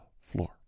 floor